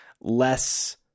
less